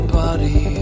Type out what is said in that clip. body